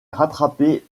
rattrapé